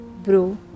Bro